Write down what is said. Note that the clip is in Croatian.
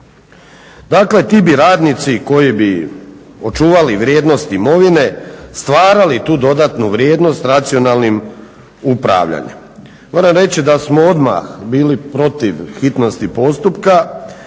Dakle ti bi radnici koji bi očuvali vrijednosti imovine stvarali tu dodatnu vrijednost racionalnim upravljanjem. Moram reći da smo odmah bili protiv hitnosti postupka